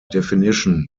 definition